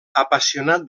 apassionat